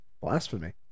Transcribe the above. Blasphemy